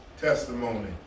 testimony